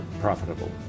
profitable